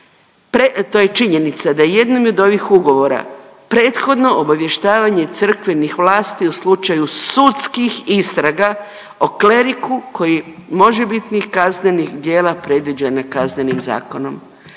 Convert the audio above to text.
to je činjenica da je jednom od ovih ugovora prethodno obavještavanje crkvenih vlasti u slučaju sudskih istraga o kleriku koji možebitnih kaznenih djela predviđena Kaznenim zakonom.